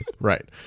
Right